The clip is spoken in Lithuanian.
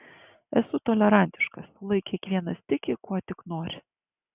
esu tolerantiškas lai kiekvienas tiki kuo tik nori